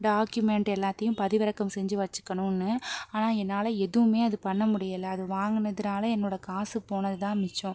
document எல்லாத்தையும் பதிவிறக்கம் செஞ்சு வச்சுக்கணுன்னு ஆனால் என்னால் எதுவுமே அது பண்ண முடியலை அது வாங்கினதுனால என்னோடய காசு போனது தான் மிச்சம்